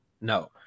No